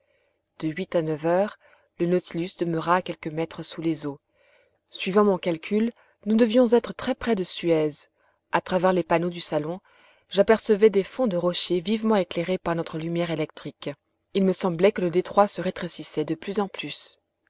de huit à neuf heures le nautilus demeura à quelques mètres sous les eaux suivant mon calcul nous devions être très près de suez a travers les panneaux du salon j'apercevais des fonds de rochers vivement éclairés par notre lumière électrique il me semblait que le détroit se rétrécissait de plus en plus